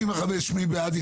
65, מי בעד ההסתייגות?